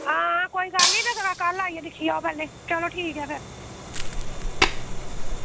आं कोई गल्ल निं कल्ल दिक्खी आओ पैह्लें चलो ठीक ऐ फिर